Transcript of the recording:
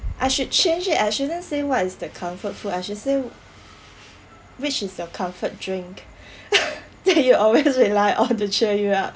I should change it I shouldn't say what is the comfort food I should say which is your comfort drink that you always rely on to cheer you up